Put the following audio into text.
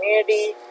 community